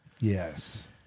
Yes